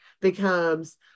becomes